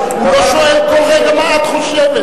הוא לא שואל כל רגע מה את חושבת.